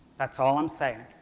that's all i'm saying.